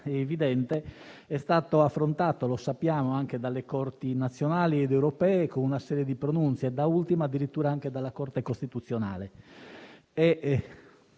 - è stato affrontato anche dalle corti nazionali ed europee, con una serie di pronunzie; da ultimo, addirittura anche dalla Corte costituzionale.